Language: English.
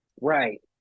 Right